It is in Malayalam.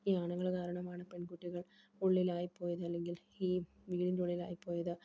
ഈ ആണുങ്ങൾ കാരണമാണ് പെൺകുട്ടികൾ ഉള്ളിലായിപ്പോയത് അല്ലെങ്കിൽ ഈ വീടിൻ്റെ ഉള്ളിലായിപ്പോയത്